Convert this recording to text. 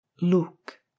Look